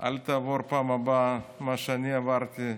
אל תעבור פעם הבאה מה שאני עברתי.